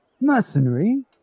Mercenary